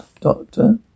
doctor